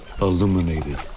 illuminated